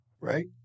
right